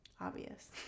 obvious